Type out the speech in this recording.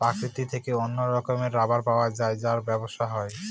প্রকৃতি থেকে অনেক রকমের রাবার পাওয়া যায় যার ব্যবসা হয়